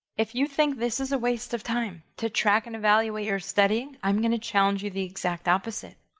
if you think this is a waste of time to track and evaluate your studying, i'm going to challenge you the exact opposite.